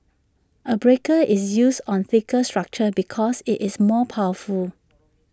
A breaker is used on thicker structures because IT is more powerful